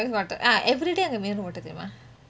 ah everyday அங்க:ange mineral water தெரிமா:therimaa